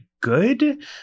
good